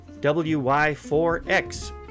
WY4X